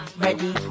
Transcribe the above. ready